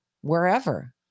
wherever